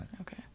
okay